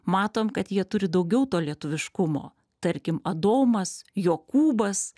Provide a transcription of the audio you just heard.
matom kad jie turi daugiau to lietuviškumo tarkim adomas jokūbas